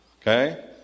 Okay